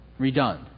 redone